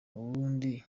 ubundi